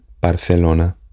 Barcelona